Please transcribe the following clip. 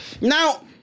Now